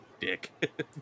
dick